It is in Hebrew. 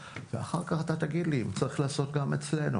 ואחר כך אתה תגיד לי אם צריך לעשות גם אצלנו,